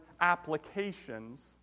applications